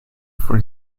apfel